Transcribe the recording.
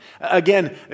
Again